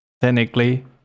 technically